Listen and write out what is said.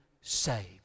saved